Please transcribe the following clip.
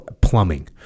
plumbing